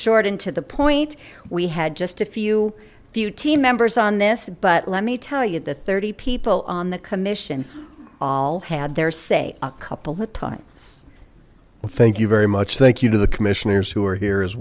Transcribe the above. shortened to the point we had just a few few team members on this but let me tell you the thirty people on the commission all had their say a couple of times well thank you very much thank you to the commissioners who are here as